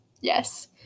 yes